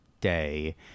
day